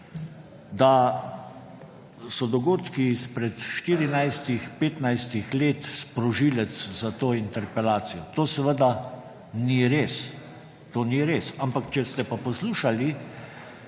da so dogodki izpred 14, 15 let sprožilec za to interpelacijo. To seveda ni res. To ni res. Ampak, če ste pa poslušali